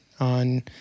on